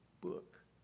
book